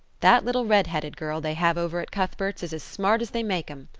that little redheaded girl they have over at cuthbert's is as smart as they make em.